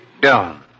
down